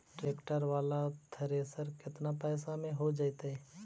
Tractor बाला thresher केतना पैसा में हो जैतै?